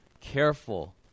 careful